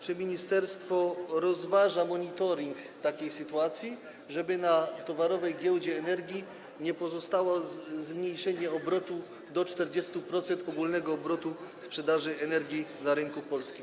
Czy ministerstwo rozważa monitoring takiej sytuacji, żeby na towarowej giełdzie energii nie pozostało zmniejszenie obrotu do 40% ogólnego obrotu, sprzedaży energii na rynku polskim?